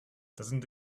doesn’t